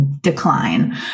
decline